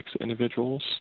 individuals